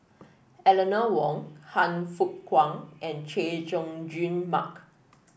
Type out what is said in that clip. Eleanor Wong Han Fook Kwang and Chay Jung Jun Mark